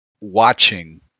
watching